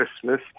Christmas